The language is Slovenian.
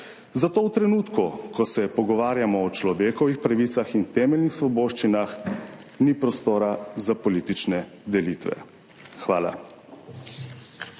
Zato v trenutku, ko se pogovarjamo o človekovih pravicah in temeljnih svoboščinah, ni prostora za politične delitve. Hvala.